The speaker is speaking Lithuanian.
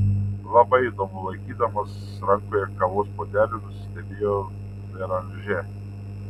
labai įdomu laikydamas rankoje kavos puodelį nusistebėjo beranžė